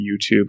youtube